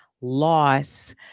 loss